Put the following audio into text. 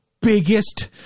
biggest